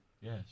Yes